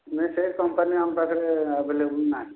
ନାଇଁ ସେ କମ୍ପାନୀ ଆମ ପାଖରେ ଆଭେଲେବୁଲ୍ ନାହିଁ